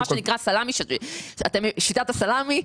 שיטת הסלמי.